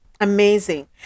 amazing